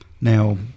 now